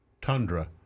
Tundra